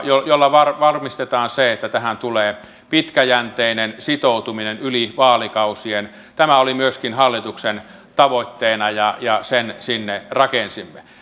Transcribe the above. jolla varmistetaan se että tähän tulee pitkäjänteinen sitoutuminen yli vaalikausien oli myöskin hallituksen tavoitteena ja ja sen sinne rakensimme